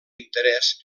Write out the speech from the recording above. interès